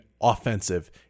offensive